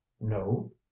no